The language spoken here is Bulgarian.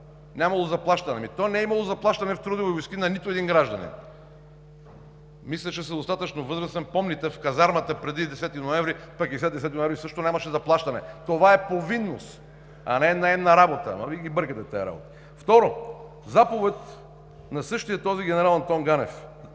нямало заплащане. Ами то не е имало заплащане в Трудови войски на нито един гражданин. Мисля, че сте достатъчно възрастен и помните в казармата преди 10 ноември, пък и след 10 ноември, също нямаше заплащане. Това е повинност, а не наемна работа, но Вие ги бъркате тези работи. Второ, заповед на същия този генерал Антон Ганев,